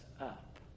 up